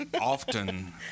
often